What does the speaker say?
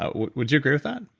ah would would you agree with that?